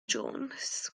jones